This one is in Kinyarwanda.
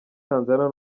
tanzaniya